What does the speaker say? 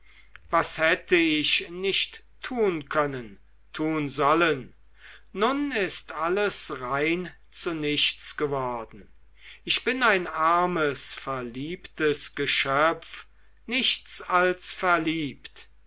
was hätte ich nicht tun können tun sollen nun ist alles rein zu nichts geworden ich bin ein armes verliebtes geschöpf nichts als verliebt